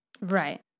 Right